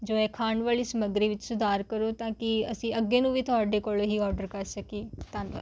ਜੋ ਹੈ ਖਾਣ ਵਾਲੀ ਸਮੱਗਰੀ ਵਿੱਚ ਸੁਧਾਰ ਕਰੋ ਤਾਂ ਕਿ ਅਸੀਂ ਅੱਗੇ ਨੂੰ ਵੀ ਤੁਹਾਡੇ ਕੋਲੋਂ ਹੀ ਓਰਡਰ ਕਰ ਸਕੀਏ ਧੰਨਵਾਦ ਜੀ